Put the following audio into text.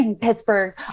pittsburgh